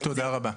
תודה רבה.